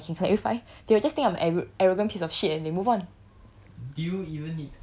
but you think strangers I can clarify they'll just think I'm arro~ arrogant piece of shit and they move on